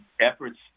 efforts